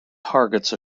targets